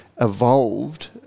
evolved